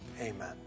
Amen